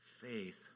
faith